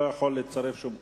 אדוני לא יכול לצרף שום קול.